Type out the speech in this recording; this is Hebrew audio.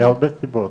מהרבה סיבות.